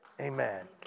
Amen